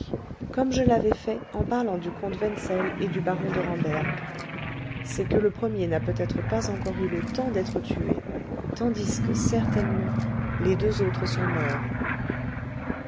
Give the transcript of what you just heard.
comme je l'avais fait en parlant du comte wenzel et du baron de ramberg c'est que le premier n'a peut-être pas encore eu le temps d'être tué tandis que certainement les deux autres sont morts